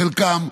חלקם,